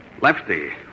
Lefty